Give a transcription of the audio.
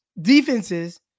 defenses